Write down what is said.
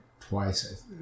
twice